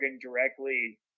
directly